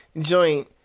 joint